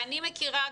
אני מכירה,